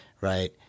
right